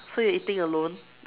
so you eating alone